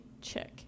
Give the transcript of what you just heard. check